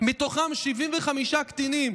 מתוכם 75 קטינים.